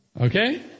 Okay